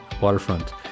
waterfront